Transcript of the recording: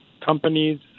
companies